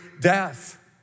death